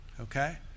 Okay